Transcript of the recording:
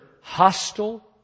hostile